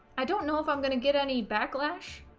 i don't know if i'm gonna get any backlash